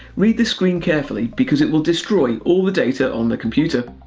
read this screen carefully because it will destroy all the data on the computer.